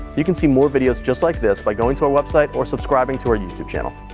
you can see more videos just like this by going to our website or subscribing to our youtube channel.